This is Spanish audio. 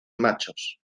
machos